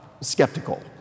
Skeptical